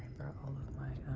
all of my